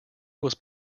was